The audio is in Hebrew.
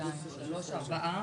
הצבעה בעד,